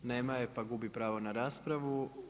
Nema je pa gubi pravo na raspravu.